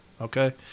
Okay